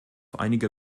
einige